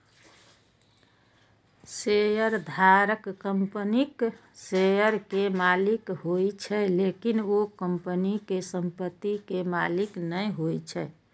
शेयरधारक कंपनीक शेयर के मालिक होइ छै, लेकिन ओ कंपनी के संपत्ति के मालिक नै होइ छै